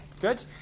Good